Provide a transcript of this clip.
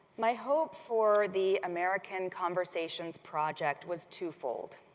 my hope for the american conversations project was twofold.